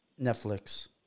Netflix